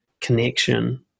connection